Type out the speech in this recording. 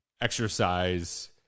exercise